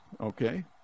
Okay